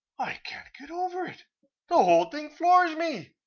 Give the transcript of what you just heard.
i can't get over it the whole thing floors me.